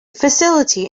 facility